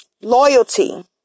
Loyalty